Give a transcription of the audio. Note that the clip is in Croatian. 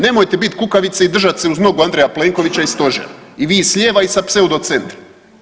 Nemojte bit kukavice i držat se uz nogu Andreja Plenkovića i stožera i vi s lijeva i sa pseudo centra.